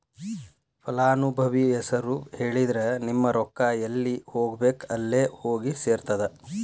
ಫಲಾನುಭವಿ ಹೆಸರು ಹೇಳಿದ್ರ ನಿಮ್ಮ ರೊಕ್ಕಾ ಎಲ್ಲಿ ಹೋಗಬೇಕ್ ಅಲ್ಲೆ ಹೋಗಿ ಸೆರ್ತದ